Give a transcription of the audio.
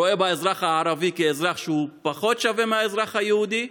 רואה באזרח הערבי אזרח שהוא פחות שווה מהאזרח היהודי,